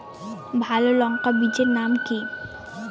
ভালো লঙ্কা বীজের নাম কি?